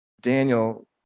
Daniel